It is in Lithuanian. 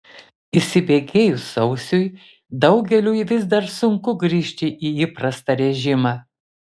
įsibėgėjus sausiui daugeliui vis dar sunku grįžti į įprastą režimą